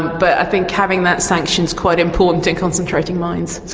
but i think having that sanction is quite important in concentrating minds.